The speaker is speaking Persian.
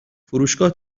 فروشگاه